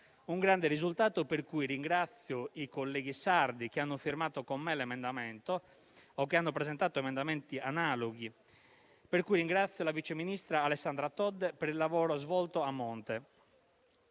un grande risultato per cui ringrazio i colleghi sardi che hanno firmato con me l'emendamento o che hanno presentato emendamenti analoghi. Ringrazio la vice ministra Alessandra Todde per il lavoro svolto a monte.